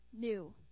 new